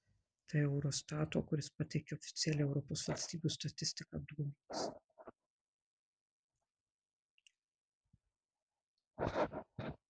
tai eurostato kuris pateikia oficialią europos valstybių statistiką duomenys